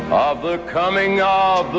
um of the coming ah of